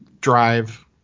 drive